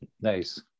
Nice